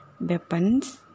weapons